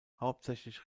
hauptsächlich